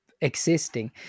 existing